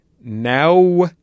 now